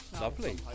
Lovely